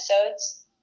episodes